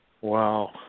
Wow